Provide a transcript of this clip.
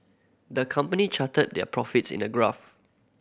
the company charted their profits in a graph